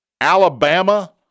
Alabama